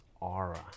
aura